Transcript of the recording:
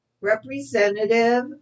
representative